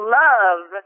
love